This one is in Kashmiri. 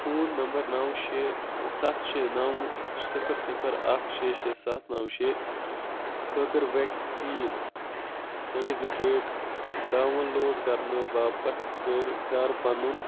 فون نمبر نَو شےٚ سَتھ شےٚ نَو صِفر صِفر اکھ شےٚ شےٚ سَتھ نَو شےٚ خٲطرٕ ویکسیٖن سٹِفکیٹ ڈاوُن لوڈ کرنہٕ باپتھ کٔرۍ کر پَنُن